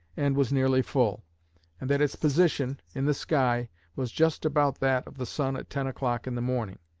and was nearly full and that its position in the sky was just about that of the sun at ten o'clock in the morning,